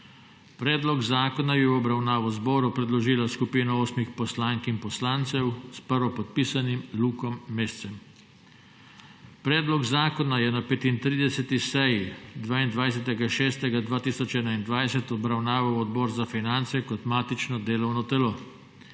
Predlog zakona je v obravnavo zboru predložila skupina osmih poslank in poslancev s prvopodpisanim Lukom Mescem. Predlog zakona je na 35. seji 22. 6. 2021 obravnaval Odbor za finance kot matično delovno telo.